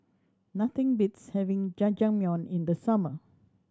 nothing beats having Jajangmyeon in the summer